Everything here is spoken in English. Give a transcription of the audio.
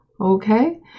okay